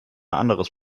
anderes